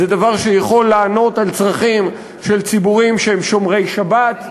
זה דבר שיכול לענות על צרכים של ציבורים שהם שומרי שבת,